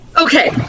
Okay